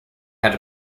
had